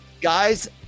Guys